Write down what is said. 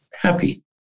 happy